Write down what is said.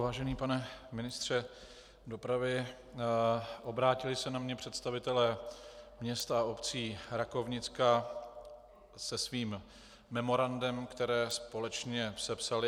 Vážený pane ministře dopravy, obrátili se na mě představitelé měst a obcí Rakovnicka se svým memorandem, které společně sepsali.